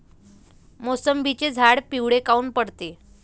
मोसंबीचे झाडं पिवळे काऊन पडते?